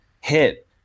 hit